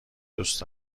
دوست